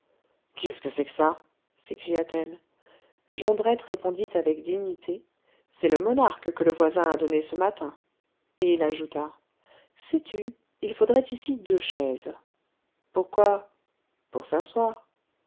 qu'est-ce que c'est que ça s'écria-t-elle jondrette répondit avec dignité c'est le monarque que le voisin a donné ce matin et il ajouta sais-tu il faudrait ici deux chaises pourquoi pour s'asseoir